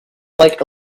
like